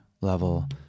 level